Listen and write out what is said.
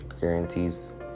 guarantees